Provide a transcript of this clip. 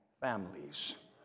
families